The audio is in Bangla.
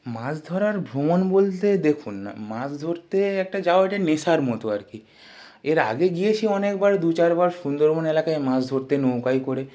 মাছ ধরার ভ্রমণ বলতে দেখুন মাজ ধরতে একটা যাওয়া এটা নেশার মতো আর কি এর আগে গিয়েছি অনেকবার দু চারবার সুন্দরবন এলাকায় মাছ ধরতে নৌকায় করে